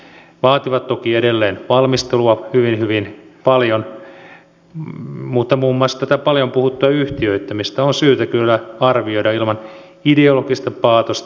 ne vaativat toki edelleen valmistelua hyvin paljon mutta muun muassa tätä paljon puhuttua yhtiöittämistä on syytä kyllä arvioida ilman ideologista paatosta